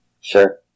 Sure